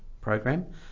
program